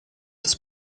das